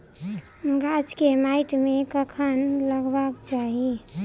गाछ केँ माइट मे कखन लगबाक चाहि?